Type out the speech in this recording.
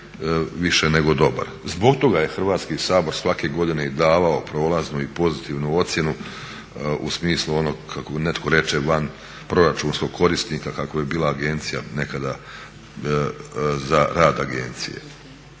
više nego dobar. Zbog toga je Hrvatski sabor svake godine i davao prolaznu i pozitivnu ocjenu u smislu onog kako netko reče vanproračunskog korisnika kakva je bila agencija nekada za rad agencije.